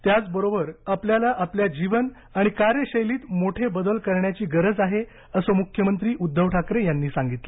त्याच बरोबर आपल्याला आपल्या जीवन आणि कार्यशैलीत मोठे बदल करण्याची गरज आहे असं मूख्यमंत्री उद्धव ठाकरे यांनी सांगितलं